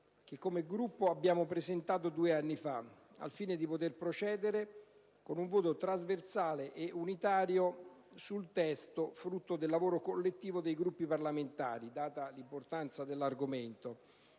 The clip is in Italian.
che come Gruppo abbiamo presentato due anni fa, al fine di poter procedere con un voto trasversale e unitario sul testo frutto del lavoro collettivo dei Gruppi parlamentari, data l'importanza dell'argomento,